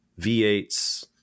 V8s